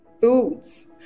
foods